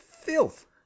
filth